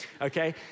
Okay